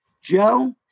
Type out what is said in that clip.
Joe